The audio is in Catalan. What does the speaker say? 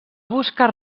buscar